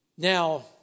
Now